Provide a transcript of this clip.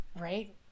Right